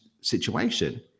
situation